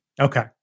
Okay